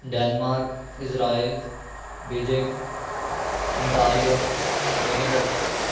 Denmark Israel Beijing Ontario Winnipeg